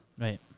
Right